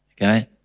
Okay